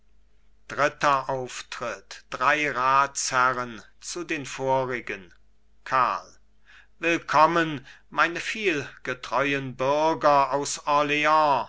dritter auftritt drei ratsherren zu den vorigen karl willkommen meine vielgetreuen bürger aus